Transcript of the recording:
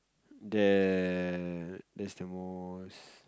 that that's the most